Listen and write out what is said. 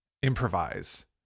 improvise